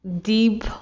deep